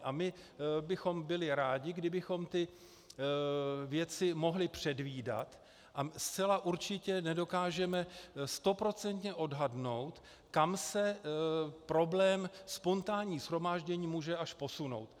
A my bychom byli rádi, kdybychom ty věci mohli předvídat, a zcela určitě nedokážeme stoprocentně odhadnout, kam se problém spontánní shromáždění může až posunout.